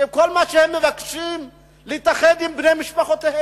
שכל מה שהן מבקשות זה להתאחד עם בני משפחותיהן.